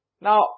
Now